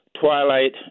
Twilight